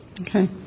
Okay